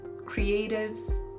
creatives